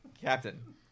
Captain